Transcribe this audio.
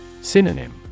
Synonym